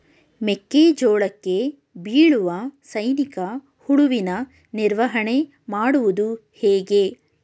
ಮೆಕ್ಕೆ ಜೋಳಕ್ಕೆ ಬೀಳುವ ಸೈನಿಕ ಹುಳುವಿನ ನಿರ್ವಹಣೆ ಮಾಡುವುದು ಹೇಗೆ?